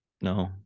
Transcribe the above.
No